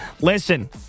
Listen